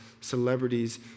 celebrities